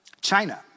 China